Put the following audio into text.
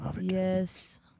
Yes